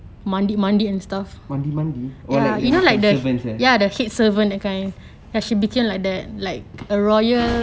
mandi mandi oh like the servants eh